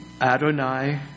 Adonai